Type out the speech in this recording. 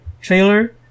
trailer